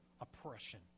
oppression